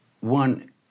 One